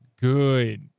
good